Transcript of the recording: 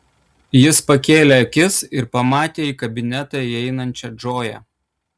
jis pakėlė akis ir pamatė į kabinetą įeinančią džoją